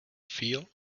feel